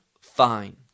find